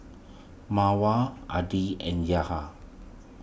Mawar Adi and Yahya